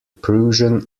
prussian